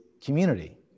community